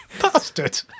Bastard